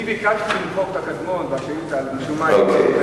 אני ביקשתי למחוק את ה"קדמון" בשאילתא, אוקיי.